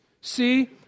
See